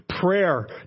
prayer